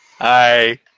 Hi